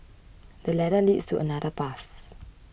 the ladder leads to another path